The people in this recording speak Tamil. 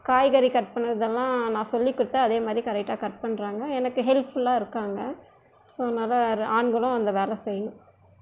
காய்கறி கட் பண்ணுறது எல்லாம் நான் சொல்லி கொடுத்தேன் அதே மாதிரி கரெக்ட்டாக கட் பண்ணுறாங்க எனக்கு ஹெல்ப் ஃபுல்லாக இருக்காங்க ஸோ அதனால் ஆண்களும் அந்த வேலை செய்யணும்